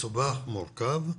מסובך ומורכב,